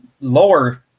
lower –